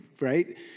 right